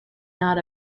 not